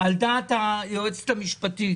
על דעת היועצת המשפטית.